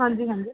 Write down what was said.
ਹਾਂਜੀ ਹਾਂਜੀ